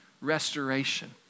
restoration